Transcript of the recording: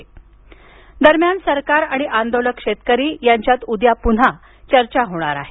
उद्या बैठक दरम्यान सरकार आणि आंदोलक शेतकरी यांच्यात उद्या पुन्हा चर्चा होणार आहे